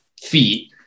feet